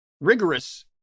rigorous